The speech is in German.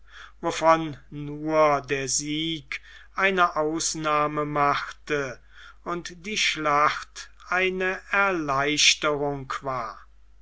wovon nur der sieg eine ausnahme machte und die schlacht eine erleichterung war